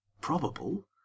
probable